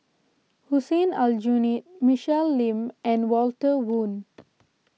Hussein Aljunied Michelle Lim and Walter Woon